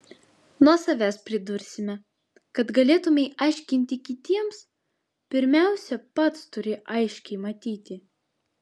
nuo savęs pridursime kad galėtumei aiškinti kitiems pirmiausia pats turi aiškiai matyti